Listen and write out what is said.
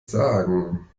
sagen